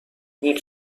این